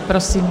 Prosím.